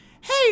hey